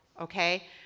okay